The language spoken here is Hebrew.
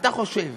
אתה חושב